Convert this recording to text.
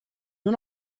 nur